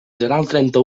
trenta